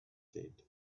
said